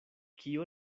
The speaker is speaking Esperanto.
kio